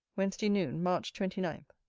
wednesday noon, march twenty nine.